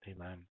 Amen